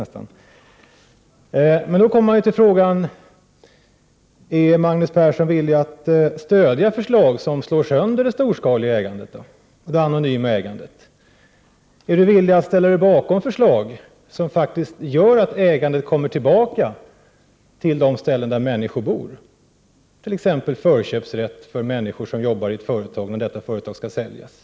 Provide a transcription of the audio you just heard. Frågan uppkommer då om Magnus Persson är villig att stödja förslag som slår sönder det storskaliga ägandet och det anonyma ägandet. Är Magnus Persson villig att ställa sig bakom ett förslag som faktiskt innebär att ägandet kommer tillbaka till de ställen där människor bor, t.ex. genom förköpsrätt för människor som arbetar i ett företag när detta företag skall säljas?